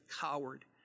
coward